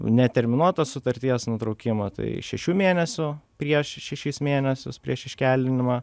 neterminuotos sutarties nutraukimo tai šešių mėnesių prieš šešis mėnesius prieš iškeldinimą